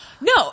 No